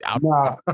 nah